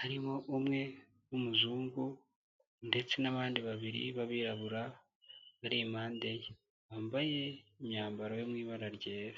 Harimo umwe w'umuzungu, ndetse n'abandi babiri b'abirabura baripande ye, bambaye imyambaro yo mu ibara ryera.